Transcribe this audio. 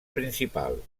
principal